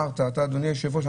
אדוני היושב ראש,